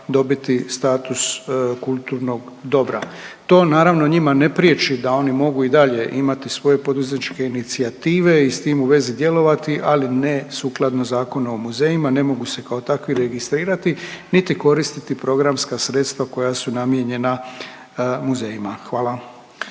dobiti status kulturnog dobra. To naravno njima ne prijeći da oni mogu i dalje imati svoje poduzetničke inicijative i s tim u vezi djelovati, ali ne sukladno Zakonu o muzejima, ne mogu se kao takvi registrirati niti koristiti programska sredstva koja su namijenjena muzejima. Hvala.